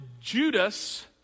Judas